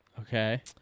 Okay